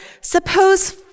Suppose